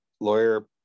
lawyer